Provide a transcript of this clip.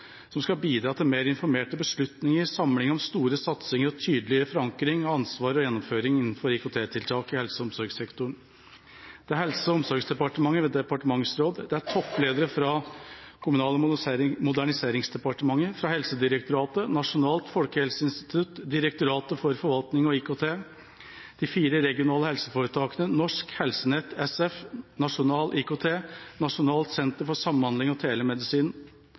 som skal bidra til mer informerte beslutninger, samling om store satsinger og tydelig forankring av ansvar og gjennomføring innenfor IKT-tiltak i helse- og omsorgssektoren: Det er Helse- og omsorgsdepartementet ved departementsråd, det er toppledere fra Kommunal- og moderniseringsdepartementet, Helsedirektoratet, Nasjonalt folkehelseinstitutt, Direktoratet for forvaltning og IKT, de fire regionale helseforetakene, Norsk Helsenett SF, Nasjonal IKT og Nasjonalt senter for samhandling og telemedisin,